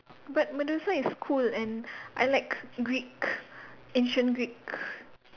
but medusa is cool and I like Greek ancient Greek